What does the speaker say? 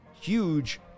huge